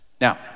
Now